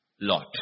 Lot